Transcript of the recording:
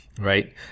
right